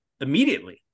immediately